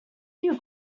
you